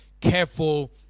careful